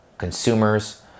consumers